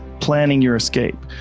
planning your escape,